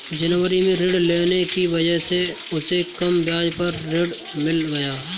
जनवरी में ऋण लेने की वजह से उसे कम ब्याज पर ऋण मिल गया